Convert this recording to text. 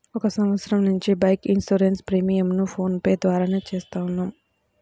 ఒక సంవత్సరం నుంచి బైక్ ఇన్సూరెన్స్ ప్రీమియంను ఫోన్ పే ద్వారానే చేత్తన్నాం